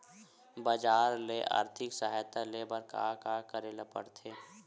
बजार ले आर्थिक सहायता ले बर का का करे ल पड़थे?